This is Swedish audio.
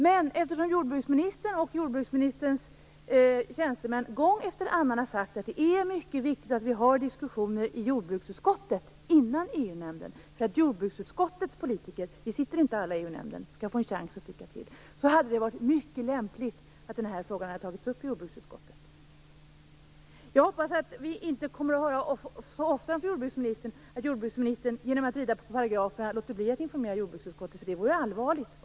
Men jordbruksministern och jordbruksministerns tjänstemän har gång efter annan sagt att det är mycket viktigt att vi har diskussioner i jordbruksutskottet innan EU-nämnden för att jordbruksutskottets politiker - vi sitter inte alla i EU-nämnden - skall få en chans att tycka till. Det hade varit mycket lämpligt att den här frågan hade tagits upp i jordbruksutskottet. Jag hoppas att vi inte så ofta kommer att få höra att jordbruksministern låter bli att informera jordbruksutskottet genom att rida på paragraferna. Det vore allvarligt.